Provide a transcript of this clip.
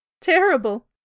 Terrible